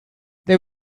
there